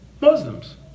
Muslims